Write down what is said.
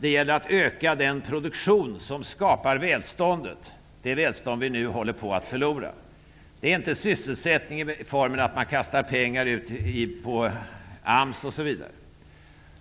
Det gäller att öka den produktion som skapar välståndet och inte att öka sysselsättningen i den formen att man kastar ut pengar på AMS, osv.